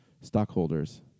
stockholders